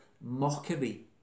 mockery